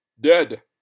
Dead